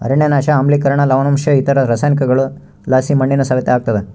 ಅರಣ್ಯನಾಶ ಆಮ್ಲಿಕರಣ ಲವಣಾಂಶ ಇತರ ರಾಸಾಯನಿಕಗುಳುಲಾಸಿ ಮಣ್ಣಿನ ಸವೆತ ಆಗ್ತಾದ